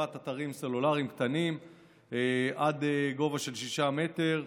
אתרים סלולריים קטנים עד גובה של 6 מטרים,